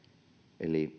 eli